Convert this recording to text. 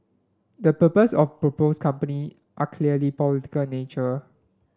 the purposes of proposed company are clearly political nature